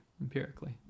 empirically